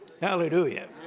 Hallelujah